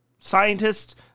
Scientists